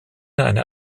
eine